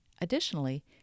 Additionally